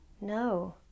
No